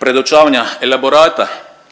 predočavanja elaborata